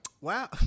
Wow